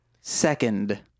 Second